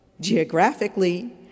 geographically